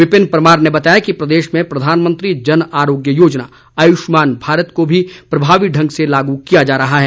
विपिन परमार ने बताया कि प्रदेश में प्रधानमंत्री जन आरोग्य योजना आयुष्मान भारत को भी प्रभावी ढंग से लागू किया जा रहा है